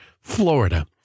Florida